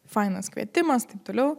fainas kvietimas taip toliau